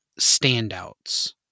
standouts